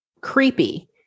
creepy